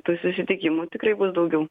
tų susitikimų tikrai bus daugiau